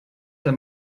der